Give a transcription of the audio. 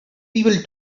people